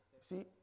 See